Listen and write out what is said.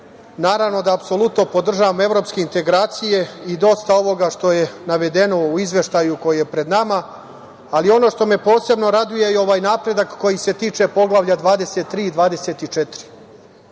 naravno da apsolutno podržavam evropske integracije i dosta ovoga što je navedeno u Izveštaju koji je pred nama, ali ono što me posebno raduje je ovaj napredak koji se tiče Poglavlja 23 i 24.Naš